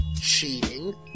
cheating